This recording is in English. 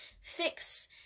fix